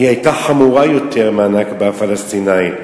היא היתה חמורה יותר מה"נכבה" של הפלסטינים.